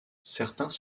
certains